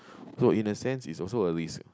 so in a sense it's also a risk